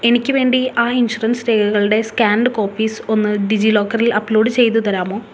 എനിക്ക് വേണ്ടി ആ ഇൻഷുറൻസ് രേഖകളുടെ സ്കാൻഡ് കോപ്പിസ് ഒന്ന് ഡിജി ലോക്കറിൽ അപ്ലോഡ് ചെയ്ത് തരാമോ